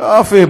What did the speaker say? יופי,